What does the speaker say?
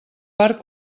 part